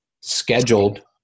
scheduled